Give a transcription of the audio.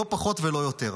לא פחות ולא יותר.